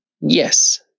Yes